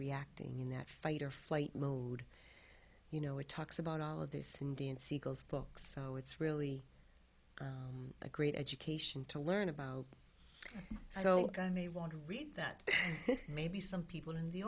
reacting in that fight or flight mode you know it talks about all of this indian siegel's book so it's really a great education to learn about so i may want to read that maybe some people in the